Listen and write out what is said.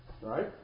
Right